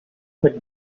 but